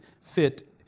fit